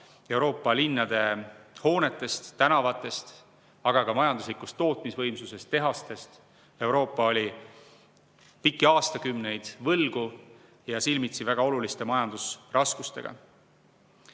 Euroopa linnade hoonetest, tänavatest, aga ka majanduslikust tootmisvõimsusest, tehastest. Euroopa oli pikki aastakümneid võlgu ja seisis silmitsi väga oluliste majandusraskustega.